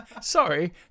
sorry